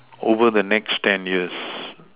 over the next ten years